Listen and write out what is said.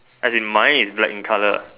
as in mine is black in colour